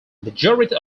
majority